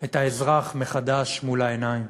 מחדש את האזרח מול העיניים,